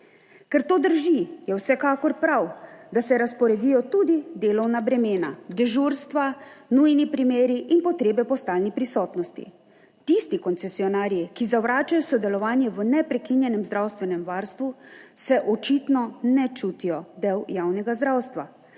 Ker to drži, je vsekakor prav, da se razporedijo tudi delovna bremena, dežurstva, nujni primeri in potrebe po stalni prisotnosti. Tisti koncesionarji, ki zavračajo sodelovanje v neprekinjenem zdravstvenem varstvu, se očitno ne čutijo del javnega zdravstva,